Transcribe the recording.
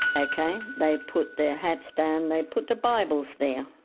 ah okay. they put their hats down, they put their bibles there.